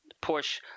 push